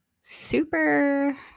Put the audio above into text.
super